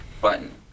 button